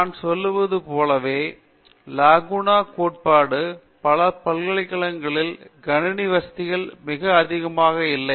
நான் சொன்னது போலவே லாகுனா கோட்பாடு பல பல்கலைக்கழகங்களில் கணினி வசதிகள் மிக அதிகமாக இல்லை